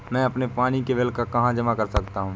मैं अपने पानी का बिल कहाँ जमा कर सकता हूँ?